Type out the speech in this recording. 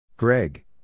Greg